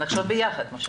נחשוב ביחד.